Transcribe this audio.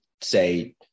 say